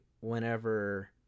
whenever